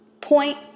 Point